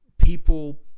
people